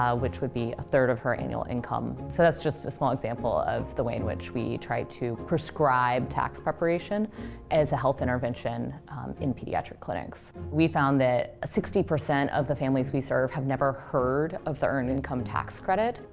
um which would be a third of her annual income. so that's just a small example of the way in which we try to prescribe tax preparation as a health intervention in pediatric clinics. we found that sixty percent of the families we serve have never heard of the earned income tax credit.